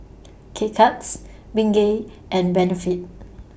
K Cuts Bengay and Benefit